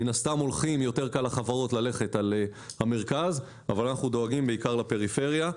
מן הסתם יותר קל לחברות ללכת על המרכז אבל אנחנו דואגים בעיקר לפריפריה.